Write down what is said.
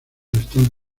están